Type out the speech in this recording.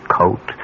coat